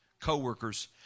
Co-workers